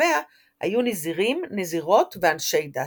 מתושביה היו נזירים, נזירות ואנשי דת.